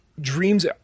Dreams